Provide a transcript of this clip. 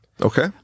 okay